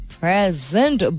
present